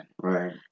Right